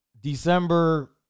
December